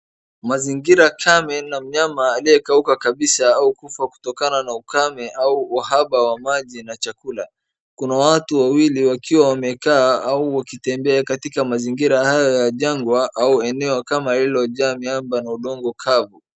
Mazigira kame na mnyama aliyekauka kabisa au kufa kutokana na ukame au uhaba wa maji na chakula. Kuna watu wawili wakiwa wamekaa au wakitembea katika mazingira haya ya jangwa au eneo kama hilo jaa miamba na udongo kavu.